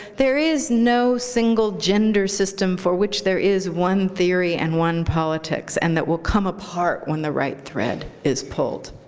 there is no single gender system for which there is one theory and one politics, and that will come apart when the right thread is pulled.